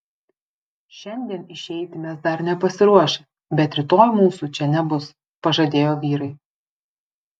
šiandien išeiti mes dar nepasiruošę bet rytoj mūsų čia nebus pažadėjo vyrai